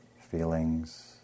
feelings